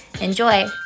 Enjoy